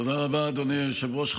תודה רבה, אדוני היושב-ראש.